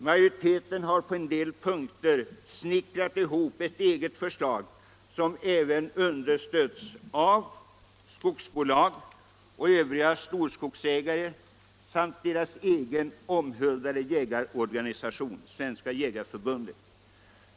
Majoriteten har på en del punkter snickrat ihop ett eget förslag, som även understöds av skogsbolag och övriga storskogsägare samt deras egen omhuldade jägarorganisation, Svenska jägareförbundet.